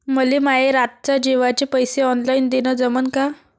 मले माये रातच्या जेवाचे पैसे ऑनलाईन देणं जमन का?